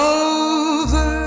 over